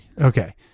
Okay